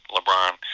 LeBron